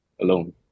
alone